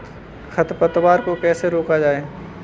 खरपतवार को कैसे रोका जाए?